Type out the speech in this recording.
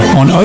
on